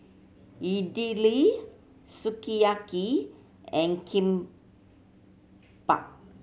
Idili Sukiyaki and Kimbap